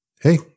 Hey